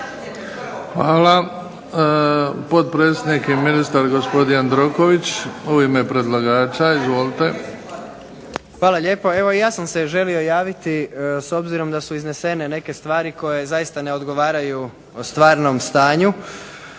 Hvala. Potpredsjednik i ministar gospodin Jandroković, u ime predlagača. Izvolite. **Jandroković, Gordan (HDZ)** Hvala lijepo. Evo ja sam se želio javiti s obzirom da su iznesene neke stvari koje zaista ne odgovaraju o stvarnom stanju,